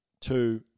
two